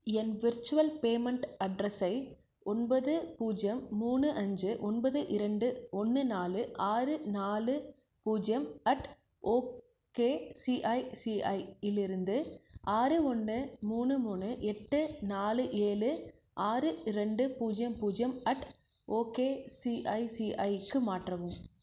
என் virtual payment அட்ரஸை ஒன்பது பூஜ்ஜியம் மூணு அஞ்சு ஒன்பது இரண்டு ஒன்று நாலு ஆறு நாலு பூஜ்ஜியம் அட் ஓகேசிஐசிஐயிலிருந்து ஆறு ஒன்று மூணு மூணு எட்டு நாலு ஏழு ஆறு ரெண்டு பூஜ்ஜியம் பூஜ்ஜியம் அட் ஓகேசிஐசிஐக்கு மாற்றவும்